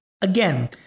Again